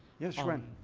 yes, schwen.